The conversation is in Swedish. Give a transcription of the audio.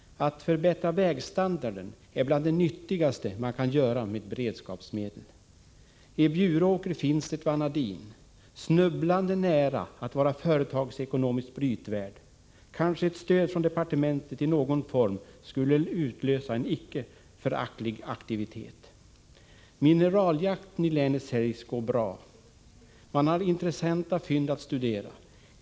Att förbättra vägstandarden är bland det nyttigaste man kan göra med beredskapsmedel. I Bjuråker finns det vanadin, snubblande nära att vara företagsekonomiskt brytvärd. Kanske ett stöd i någon form från departementet skulle utlösa en icke föraktlig aktivitet. Mineraljakten i länet sägs gå bra. Det finns intressanta fynd att studera.